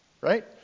Right